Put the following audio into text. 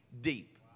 deep